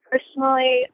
Personally